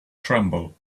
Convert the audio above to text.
tremble